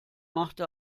machte